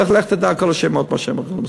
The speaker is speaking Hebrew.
לך תדע עם כל השמות מה הם הולכים לעשות.